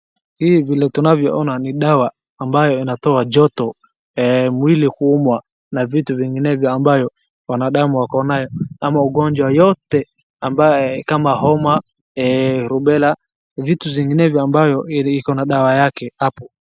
Hii vile tunavyoona ni dawa amabyo inatoa joto, mwili kuumwa na vitu vinginevyo ambayo mwanadamu ako nayo ama ugonjwa yoyote ambayo kama homa, rubela, vitu zinginevyo ambayo iko na dawa yake hapo.